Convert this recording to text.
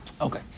Okay